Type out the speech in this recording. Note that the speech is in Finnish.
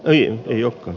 olin jo